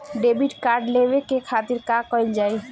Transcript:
Debit card लेवे के खातिर का कइल जाइ?